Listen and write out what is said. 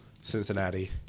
Cincinnati